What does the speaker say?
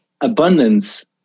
abundance